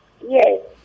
Yes